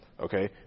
Okay